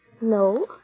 No